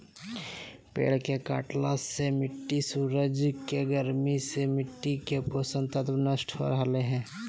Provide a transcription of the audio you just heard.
पेड़ के कटला से मिट्टी सूरज के गर्मी से मिट्टी के पोषक तत्व नष्ट हो रहल हई